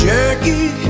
Jackie